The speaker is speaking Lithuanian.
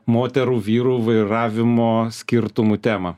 moterų vyrų vairavimo skirtumų temą